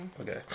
okay